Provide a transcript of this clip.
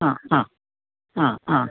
ആ ആ ആ ആ